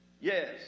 yes